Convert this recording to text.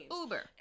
Uber